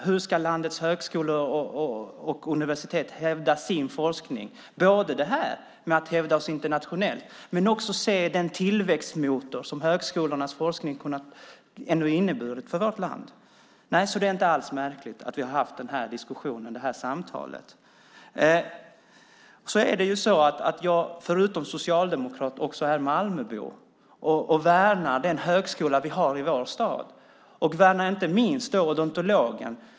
Hur ska landets högskolor och universitet hävda sin forskning? Det gäller både att vi ska hävda oss internationellt och att vi ska se den tillväxtmotor som högskolornas forskning har inneburit för vårt land. Det är alltså inte alls märkligt att vi har fört den här diskussionen och det här samtalet. Förutom att vara socialdemokrat är jag Malmöbo. Jag värnar den högskola vi har i vår stad. Jag värnar inte minst odontologen.